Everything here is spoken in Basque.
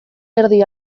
erdi